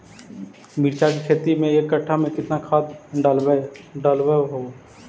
मिरचा के खेती मे एक कटा मे कितना खाद ढालबय हू?